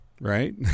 right